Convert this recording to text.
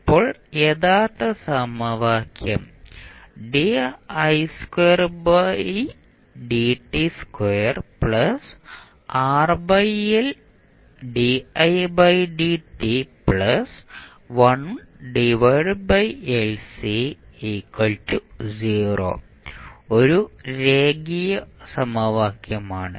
ഇപ്പോൾ യഥാർത്ഥ സമവാക്യം ഒരു രേഖീയ സമവാക്യമാണ്